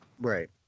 Right